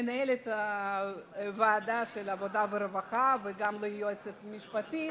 למנהלת ועדת העבודה והרווחה, וגם ליועצת המשפטית,